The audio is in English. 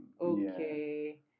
okay